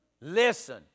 listen